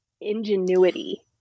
ingenuity